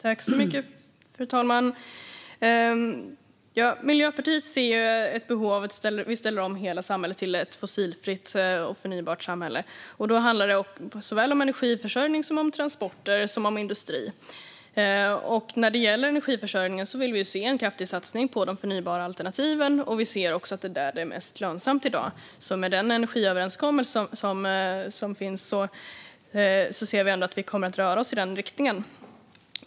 Fru talman! Miljöpartiet ser ett behov av att vi ställer om hela samhället till ett fossilfritt och förnybart samhälle. Då handlar det såväl om energiförsörjning som om transporter och industri. När det gäller energiförsörjningen vill vi se en kraftig satsning på de förnybara alternativen. Vi ser också att det är där det är mest lönsamt i dag. Med den energiöverenskommelse som finns ser vi att vi kommer att röra oss i den riktningen.